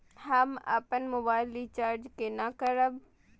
हम अपन mobile recharge केना करब?